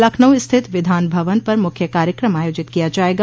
लखनऊ स्थित विधान भवन पर मुख्य कार्यक्रम आयोजित किया जाएगा